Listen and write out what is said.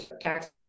tax